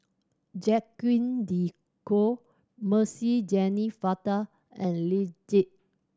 Jacques De Coutre Mercy Jennefather and Lee Tjin